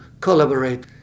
collaborate